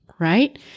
Right